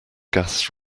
gas